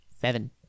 seven